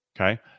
Okay